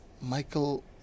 Michael